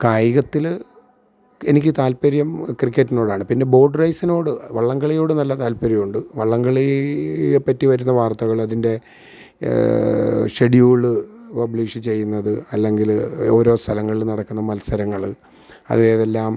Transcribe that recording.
കായികത്തില് എനിക്ക് താല്പര്യം ക്രിക്കറ്റിനോടാണ് പിന്നെ ബോട്ട് റേസിനോട് വള്ളം കളിയോട് നല്ല താല്പര്യമുണ്ട് വള്ളംകളിയെ പറ്റി വരുന്ന വാർത്തകൾ അതിൻ്റെ ഷെഡ്യൂള് പബ്ലിഷ് ചെയ്യുന്നത് അല്ലെങ്കില് ഓരോ സ്ഥലങ്ങളിൽ നടക്കുന്ന മൽസരങ്ങൾ അതേതെല്ലാം